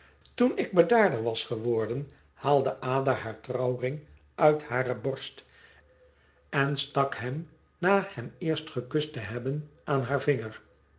toen ik bedaarder was geworden haalde ada haar trouwring uit hare borst en stak hem na hem eerst gekust te hebben aan haar vinger